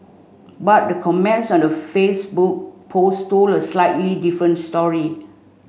but the comments on the Facebook post told a slightly different story